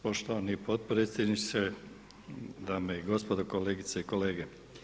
Poštovani potpredsjedniče, dame i gospodo, kolegice i kolege.